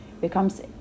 becomes